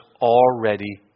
already